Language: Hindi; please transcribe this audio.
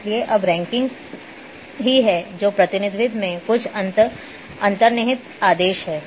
इसलिए अब रैंकिंग ही है जो प्रतिनिधित्व में कुछ अंतर्निहित आदेश है